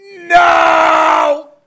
no